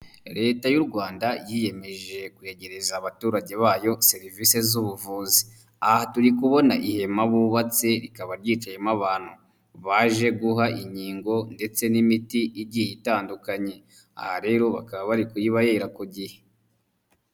Leta y'u Rwanda yiyemeje kwegereza abaturage bayo serivisi z'ubuvuzi aha turi kubona ihema bubatse rikaba ryicayemo abantu baje guha inkingo ndetse n'imiti igiye itandukanye aha rero bakaba bari kuyibahera ku gihe.